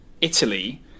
Italy